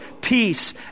peace